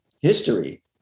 history